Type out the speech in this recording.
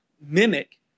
mimic